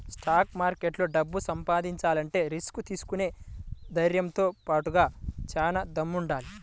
stock మార్కెట్లో డబ్బు సంపాదించాలంటే రిస్క్ తీసుకునే ధైర్నంతో బాటుగా చానా దమ్ముండాలి